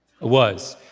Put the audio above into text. was.